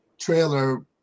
trailer